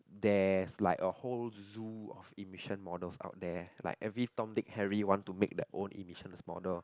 that's like a whole zoo of emission models out there like every Tom Dick Harry want to make their own emissions model